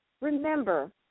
remember